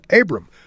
Abram